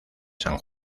san